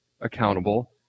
accountable